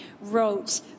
wrote